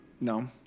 No